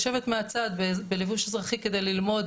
לשבת מהצד בלבוש אזרחי כדי ללמוד,